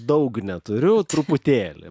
daug neturiu truputėlį